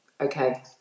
Okay